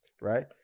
right